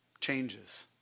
changes